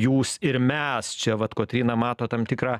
jūs ir mes čia vat kotryna mato tam tikrą